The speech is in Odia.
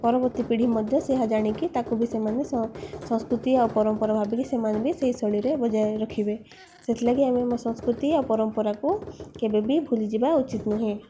ପରବର୍ତ୍ତୀ ପିଢ଼ି ମଧ୍ୟ ସେହା ଜାଣିକି ତାକୁ ବି ସେମାନେ ସଂସ୍କୃତି ଆଉ ପରମ୍ପରା ଭାବିକି ସେମାନେ ବି ସେଇ ଶୈଳୀରେ ବଜାୟ ରଖିବେ ସେଥିଲାଗି ଆମେ ଆମ ସଂସ୍କୃତି ଆଉ ପରମ୍ପରାକୁ କେବେ ବି ଭୁଲିଯିବା ଉଚିତ୍ ନୁହେଁ